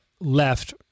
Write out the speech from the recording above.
left